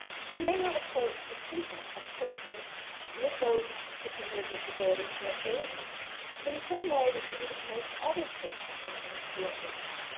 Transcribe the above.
she may not approach the treatment of persons with those particular disabilities who are aging in the same way that she would approach other patients of hers who are aging.